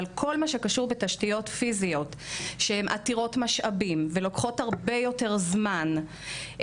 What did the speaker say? בכל מה שקשור בתשתיות פיזיות שהן עתירות משאבים ולוקחות הרבה יותר זמן,